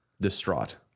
distraught